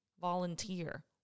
volunteer